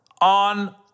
on